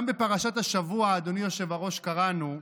גם בפרשת השבוע, אדוני היושב-ראש, קראנו: